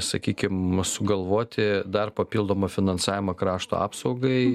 sakykim sugalvoti dar papildomą finansavimą krašto apsaugai